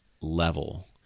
level